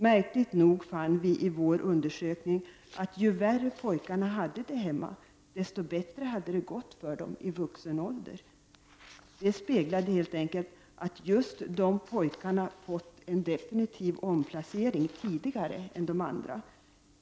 Märkligt nog fann vi i vår undersökning att ju värre pojkarna hade det hemma, desto bättre har det gått för dem i vuxen ålder. Det speglar helt enkelt att just de pojkarna fått en definitiv omplacering tidigare än de andra.